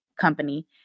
company